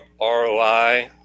ROI